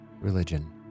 religion